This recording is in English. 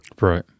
Right